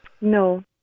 no